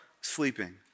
sleeping